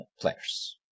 players